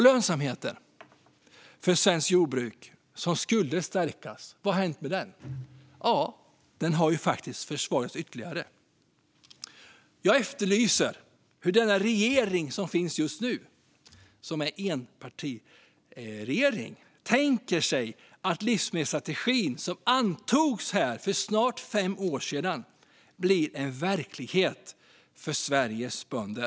Lönsamheten för svenskt jordbruk skulle stärkas. Vad har hänt med den? Jo, den har faktiskt försvagats ytterligare. Jag efterlyser hur den enpartiregering som finns just nu tänker sig att livsmedelsstrategin, som antogs här för snart fem år sedan, ska bli en verklighet för Sveriges bönder.